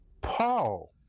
Paul